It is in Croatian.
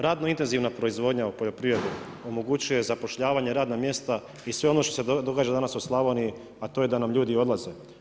Radno intenzivna proizvodnja u poljoprivredi omogućuje zapošljavanje radna mjesta i sve ono što se događa danas u Slavoniji, a to je da nam ljudi odlaze.